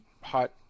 hot